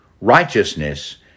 righteousness